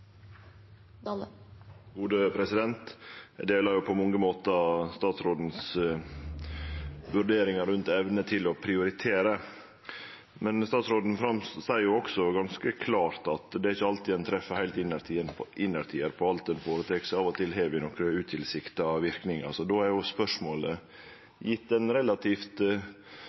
da kan det ikke bare være de mest solide middelklasselønningene som er utgangspunktet. Eg deler på mange måtar statsrådens vurderingar rundt evna til å prioritere, men statsråden seier jo også ganske klart at det er ikkje alltid ein treffer heilt innertiar med alt ein føretek seg. Av og til har det nokre utilsikta verknader. Då er jo spørsmålet: Gitt den relativt